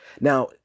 Now